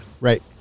Right